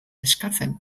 eskatzen